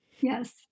Yes